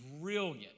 brilliant